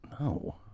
No